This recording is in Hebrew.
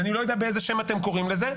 ואני לא יודע באיזה שם אתם קוראים לזה.